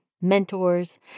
mentors